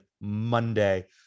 Monday